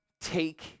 take